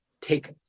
take